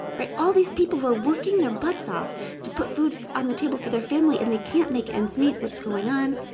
all these people who are working their butts off to put food on the table for their family, and they can't make ends meet. what's going on?